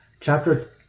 Chapter